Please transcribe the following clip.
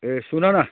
ए सुन न